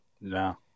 No